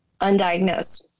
undiagnosed